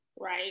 Right